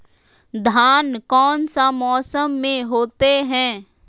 धान कौन सा मौसम में होते है?